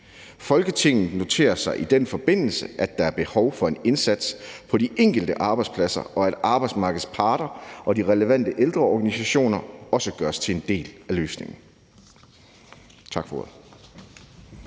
Folketinget noterer sig i den forbindelse, at der er behov for en indsats på de enkelte arbejdspladser, og at arbejdsmarkedets parter og de relevante ældreorganisationer også gøres til en del af løsningen.«